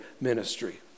ministry